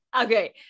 Okay